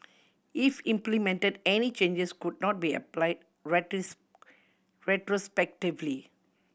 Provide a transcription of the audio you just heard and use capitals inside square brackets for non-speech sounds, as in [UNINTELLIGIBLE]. if implemented any changes could not be applied [UNINTELLIGIBLE] retrospectively